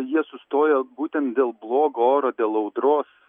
jie sustojo būtent dėl blogo oro dėl audros